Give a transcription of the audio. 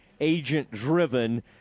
agent-driven